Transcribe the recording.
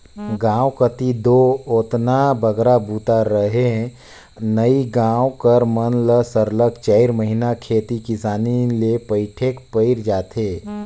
गाँव कती दो ओतना बगरा बूता रहें नई गाँव कर मन ल सरलग चारिक महिना खेती किसानी ले पइठेक पइर जाथे